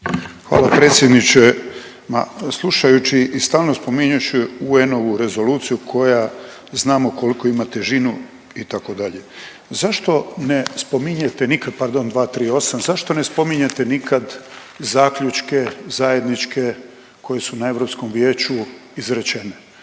Hvala predsjedniče. Ma slušajući i stalno spominjući UN-ovu rezoluciju koja znamo koliku ima težinu itd., zašto ne spominjete nikad, pardon 238., zašto ne spominjete nikad zaključke zajedničke koji su na Europskom vijeću izrečene,